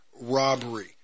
robbery